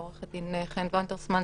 עורכת דין חן וונדרסמן,